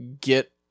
get